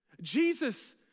Jesus